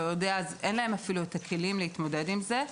אין לו את הכלים להתמודד עם זה,